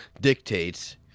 dictates